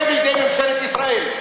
זה בידי ממשלת ישראל.